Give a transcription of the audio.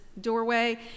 doorway